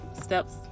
steps